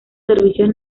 servicios